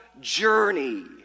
journey